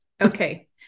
Okay